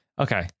Okay